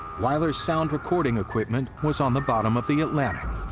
wyler's sound recording equipment was on the bottom of the atlantic,